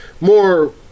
more